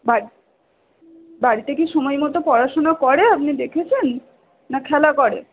বাড়ি বাড়িতে কি সময় মতো পড়াশুনো করে আপনি দেখেছেন না খেলা করে